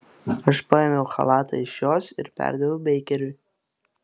aš paėmiau chalatą iš jos ir perdaviau beikeriui